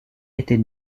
était